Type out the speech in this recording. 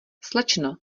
slečno